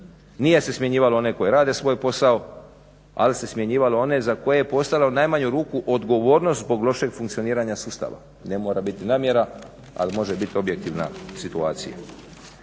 Nije se smjenjivalo one koji rade svoj posao, ali se smjenjivalo one za koje je postojalo u najmanju ruku odgovornost zbog lošeg funkcioniranja sustava ne mora biti namjera, ali može biti objektivna situacija.